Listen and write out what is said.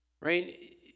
right